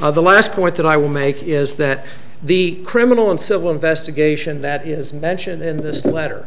of the last point that i will make is that the criminal and civil investigation that is mentioned in this letter